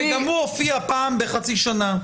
וגם הוא הופיע פעם בחצי שנה.